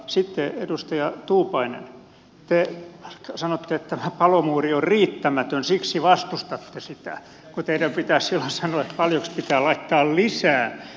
sitten edustaja tuupainen te sanoitte että palomuuri on riittämätön siksi vastustatte sitä kun teidän pitäisi silloin sanoa paljonko pitäisi laittaa lisää